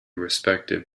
respective